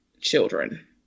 children